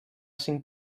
cinc